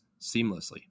seamlessly